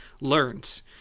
learns